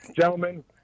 Gentlemen